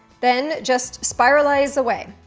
then just spiralize away.